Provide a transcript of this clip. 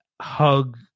hug